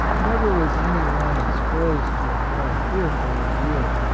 never was any one exposed to a more fearful ordeal.